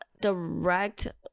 direct